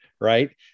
right